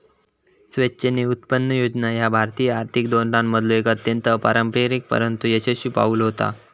स्वेच्छेने उत्पन्न योजना ह्या भारतीय आर्थिक धोरणांमधलो एक अत्यंत अपारंपरिक परंतु यशस्वी पाऊल होता